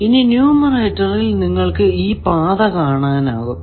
ഇനി നുമേറ്ററിൽ നിങ്ങൾക്കു ഈ പാത കാണാം